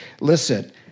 listen